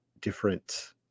different